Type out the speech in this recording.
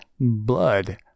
Blood